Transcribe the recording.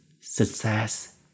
success